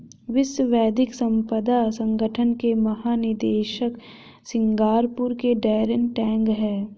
विश्व बौद्धिक संपदा संगठन के महानिदेशक सिंगापुर के डैरेन टैंग हैं